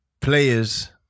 players